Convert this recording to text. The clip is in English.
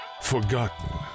Forgotten